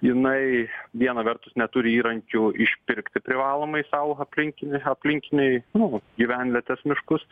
jinai viena vertus neturi įrankių išpirkti privalomai sau aplinkinį aplinkinį nu gyvenvietės miškus